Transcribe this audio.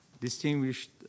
distinguished